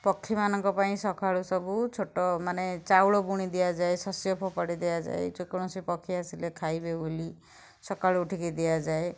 ପକ୍ଷୀମାନଙ୍କ ପାଇଁ ସକାଳୁ ସବୁ ଛୋଟ ମାନେ ଚାଉଳ ବୁଣି ଦିଆଯାଏ ଶସ୍ୟ ଫୋପାଡ଼ି ଦିଆଯାଏ ଯେକୌଣସି ପକ୍ଷୀ ଆସିଲେ ଖାଇବେ ବୋଲି ସକାଳୁ ଉଠିକି ଦିଆଯାଏ